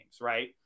right